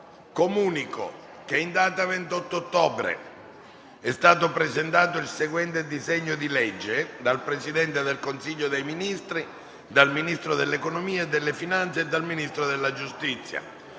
Comunico che in data 28 ottobre è stato presentato il seguente disegno di legge: *dal Presidente del Consiglio dei ministri, dal Ministro dell'economia e delle finanze e dal Ministro della giustizia:*